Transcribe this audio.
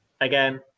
again